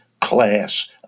class